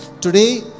Today